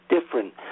different